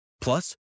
Plus